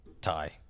tie